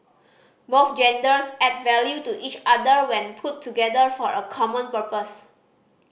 both genders add value to each other when put together for a common purpose